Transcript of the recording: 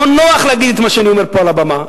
לא נוח להגיד את מה שאני אומר פה על הבמה,